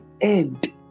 end